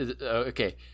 okay